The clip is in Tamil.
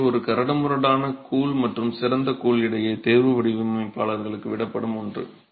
எனவே ஒரு கரடுமுரடான கூழ் மற்றும் சிறந்த கூழ் இடையே தேர்வு வடிவமைப்பாளருக்கு விடப்படும் ஒன்று